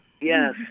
yes